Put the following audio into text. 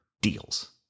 deals